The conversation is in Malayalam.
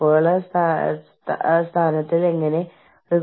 ദക്ഷിണാഫ്രിക്കയിൽ ഇതിനെ ഡാഷ് എന്ന് വിളിക്കുന്നു